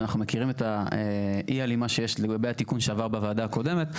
אנחנו מכירים את אי ההלימה שיש לגבי התיקון שעבר בוועדה הקודמת,